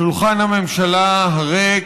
שולחן הממשלה הריק,